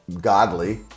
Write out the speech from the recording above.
godly